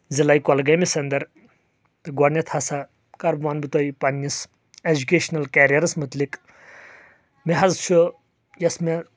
ضعلے کۄگٲمِس انٛدر تہٕ گۄڈنیتھ ہسا کر ونہٕ بہٕ تۄہہ پننِس ایٚجکیشنل کیریرس متعلِق مےٚ حظ چھُ یۄس مےٚ